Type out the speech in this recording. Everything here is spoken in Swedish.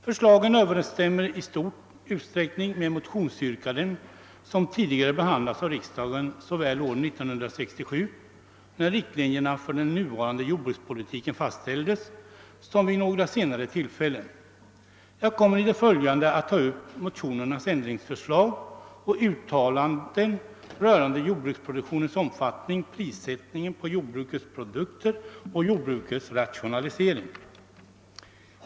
Förslagen överensstämmer i stor utsträckning med motionsyrkanden som tidigare behandlats av riksdagen såväl år 1967, när riktlinjerna för den nuvarande jordbrukspolitiken fastställdes, som vid några senare tillfällen. Jag kommer i det följande att ta upp motionärernas ändringsförslag och uttalanden rörande jordbruksproduktionens omfattning, prissättningen på jordbrukets produkter och jordbrukets rationalisering.